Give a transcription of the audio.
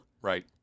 Right